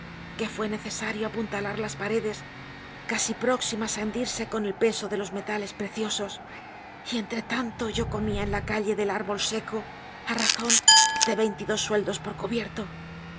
que fue necesario apuntalar las paredes casi próximas á hendirse con el peso de los metales preciosos y entre tanto yo comia en la calle del arbol seco k razon de veintidos sueldos por